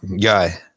guy